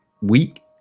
week